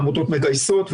העמותות מגייסות,